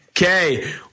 Okay